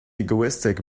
egoistic